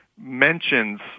mentions